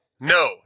No